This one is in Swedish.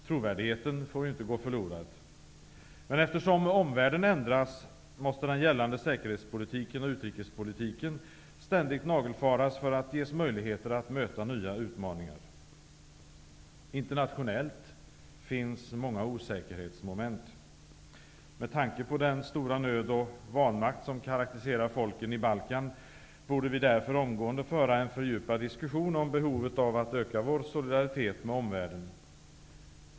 Trovärdigheten får inte gå förlorad. Men eftersom omvärlden ändras måste den gällande säkerhetspolitiken och utrikespolitiken ständigt nagelfaras för att ges möjligheter att möta nya utmaningar. Internationellt finns många osäkerhetsmoment. Men tanke på den stora nöd och vanmakt som karakteriserar folken i Balkan, borde vi därför omgående föra en fördjupad diskussion om behovet av att öka vår solidaritet med omvärlden.